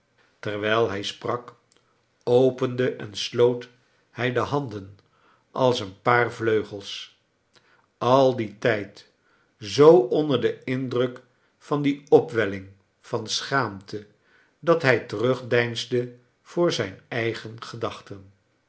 terwijl hij sprak opende en sloot hij de handen als een paar vlcugels al dien tijd zoo onder den indruk van die opwelling van schaamte dat hrj terugdeinsde voor zijn eigen gedachten